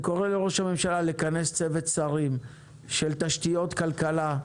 הממשלה לכנס צוות שרים של תשתיות, כלכלה,